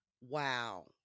Wow